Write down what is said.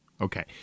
Okay